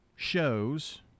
shows